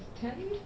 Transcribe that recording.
ten